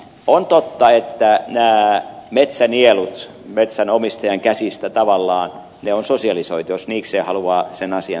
on totta että nämä metsänielut on metsänomistajan käsistä tavallaan sosialisoitu jos niikseen haluaa sen asian sanoa